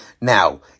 Now